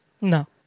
No